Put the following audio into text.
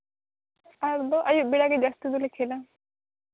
ᱟᱨ ᱫᱚ ᱟᱹᱭᱩᱵ ᱵᱮᱲᱟ ᱜᱮ ᱡᱟᱹᱥᱛᱤ ᱫᱚᱞᱮ ᱠᱷᱮᱞᱟ